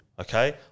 okay